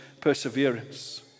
perseverance